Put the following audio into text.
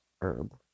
herb